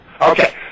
Okay